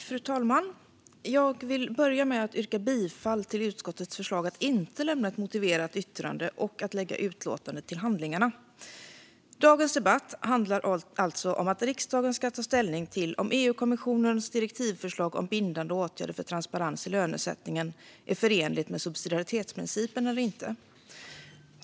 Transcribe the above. Fru talman! Jag vill börja med att yrka bifall till utskottets förslag att inte lämna ett motiverat yttrande och att lägga utlåtandet till handlingarna. Dagens debatt handlar alltså om att riksdagen ska ta ställning till om EU-kommissionens direktivförslag om bindande åtgärder för transparens i lönesättningen är förenligt med subsidiaritetsprincipen eller inte.